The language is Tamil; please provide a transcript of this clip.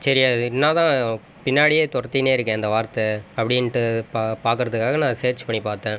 சரி அது என்ன தான் பின்னாடியே துரத்திக்கினே இருக்கே அந்த வார்த்தை அப்படின்ட்டு பா பார்க்கறதுக்காக நான் சர்ச் பண்ணி பார்த்தேன்